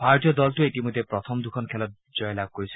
ভাৰতীয় দলটোৱে ইতিমধ্যে প্ৰথম দুখন খেলত বিজয় জয়লাভ কৰিছে